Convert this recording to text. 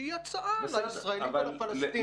שהיא הצעה לישראלים ולפלסטינים.